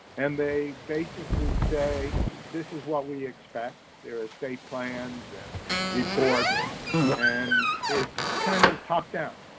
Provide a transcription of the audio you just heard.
and they basically say this is what we expect. there are state plans and reports and it's kind of top-down.